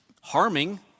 harming